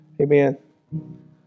Amen